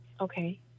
Okay